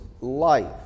life